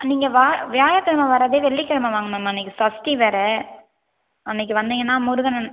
நீங்கள் வா வியாழக்கிழமை வரதே வெள்ளிக்கிழமை வாங்க மேம் அன்றைக்கி சஷ்டி வேறு அன்றைக்கி வந்தீங்கன்னால் முருகன்